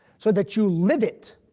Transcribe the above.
so that you live it.